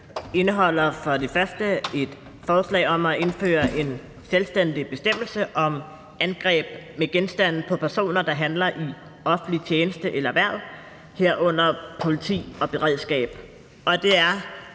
indeholder for det første et forslag om at indføre en selvstændig bestemmelse om angreb med genstande på personer, der handler i offentlig tjeneste eller hverv, herunder politi og beredskab. Det er